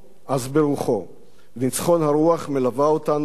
ניצחון הרוח מלווה אותנו וילווה אותנו לעד.